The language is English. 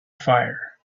fire